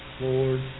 Lord